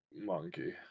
Monkey